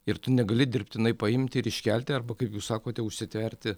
ir tu negali dirbtinai paimti ir iškelti arba kaip jūs sakote užsitverti